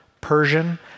Persian